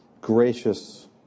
gracious